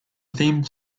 theme